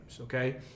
okay